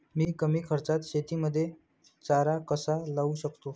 मी कमी खर्चात शेतीमध्ये चारा कसा लावू शकतो?